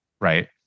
right